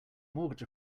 mortgage